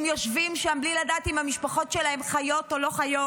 הם יושבים שם בלי לדעת אם המשפחות שלהם חיות או לא חיות,